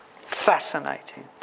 Fascinating